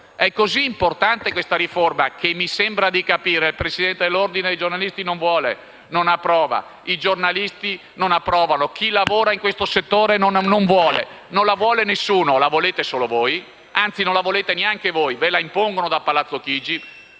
È così importante questa riforma che mi sembra di capire che il presidente dell'Ordine dei giornalisti non la vuole, non la approva, i giornalisti non la approvano, chi lavora in questo settore non la vuole: nessuno la vuole, la volete solo voi, anzi non la volete neanche voi, ve la impongono da Palazzo Chigi